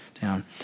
down